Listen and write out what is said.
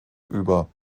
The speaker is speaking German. über